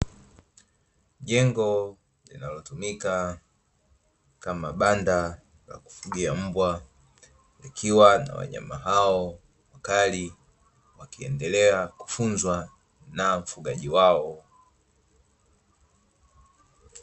Jengo linalotumika kama banda la kufugia mbwa, likiwa na wanyama hao wakali wakiendelea kufunzwa na mfugaji wao.